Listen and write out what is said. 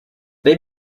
they